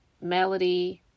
Melody